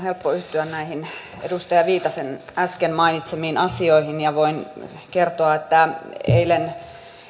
helppo yhtyä näihin edustaja viitasen äsken mainitsemiin asioihin ja voin kertoa että eilen